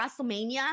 Wrestlemania